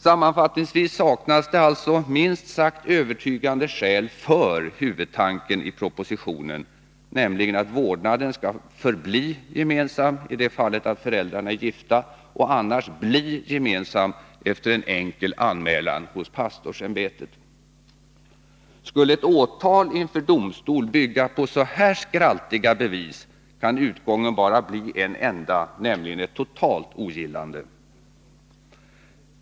Sammanfattningsvis saknas det alltså minst sagt övertygande skäl för huvudtanken i propositionen, nämligen att vårdnaden skall förbli gemensam i det fallet att föräldrarna är gifta och annars bli gemensam efter en enkel anmälan hos pastorsämbetet. Skulle ett åtal inför domstol bygga på så här skraltiga bevis, kan utgången bara bli en enda, nämligen ett totalt ogillande.